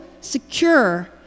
secure